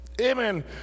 amen